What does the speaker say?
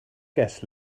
guest